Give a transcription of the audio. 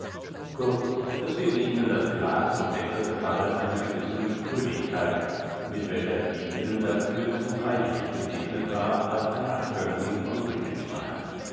kurz es fehlte ihnen das glas und der kristall einer gewissen sprödigkeit mit welcher dietegen dafür zu reichlich gesegnet war als ein abkömmling von ruechenstein